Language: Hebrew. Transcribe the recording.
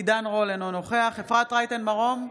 עידן רול, אינו נוכח אפרת רייטן מרום,